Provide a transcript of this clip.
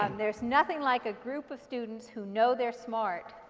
um there's nothing like a group of students who know they're smart